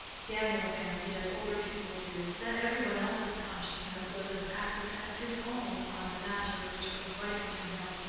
daniel fancied, as older people do, that every one else's consciousness was as active as his own on a matter which was vital to him.